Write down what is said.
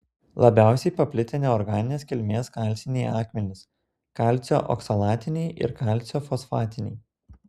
labiausiai paplitę neorganinės kilmės kalciniai akmenys kalcio oksalatiniai ir kalcio fosfatiniai